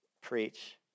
preach